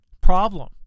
problem